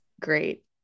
great